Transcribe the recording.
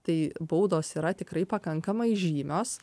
tai baudos yra tikrai pakankamai žymios